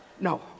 No